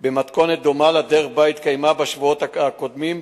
במתכונת דומה לדרך שבה התקיימה בשבועות הקודמים,